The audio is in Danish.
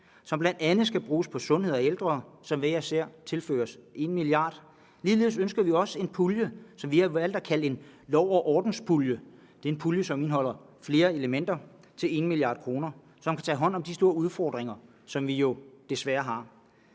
som bl.a. skal bruges på sundhed og ældre, som hver især tilføres 1 mia. kr. Ligeledes ønsker vi også en pulje, som vi har valgt at kalde en lov og ordens-pulje. Det er en pulje på 1 mia. kr., som indeholder flere elementer, som gør, at vi kan tage hånd om de store udfordringer, som vi jo desværre har.